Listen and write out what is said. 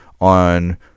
on